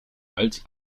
als